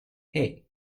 hey